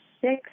six